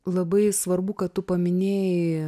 labai svarbu kad tu paminėjai